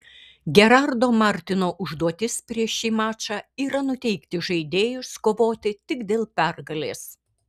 gerardo martino užduotis prieš šį mačą yra nuteikti žaidėjus kovoti tik dėl pergalės